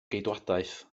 geidwadaeth